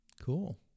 Cool